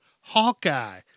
Hawkeye